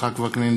יצחק וקנין,